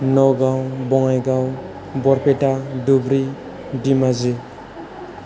Nagaon Bongaigaon Barpeta Dhubri Dhemaji